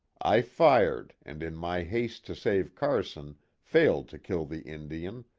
i fired and in my haste to save car son failed to kill the indian,